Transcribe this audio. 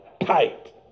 tight